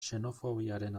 xenofobiaren